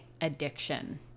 addiction